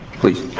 please.